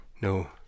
No